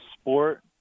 sport